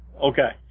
Okay